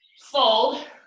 fold